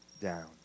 down